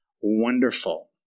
wonderful